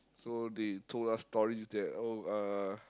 so they told us stories that oh uh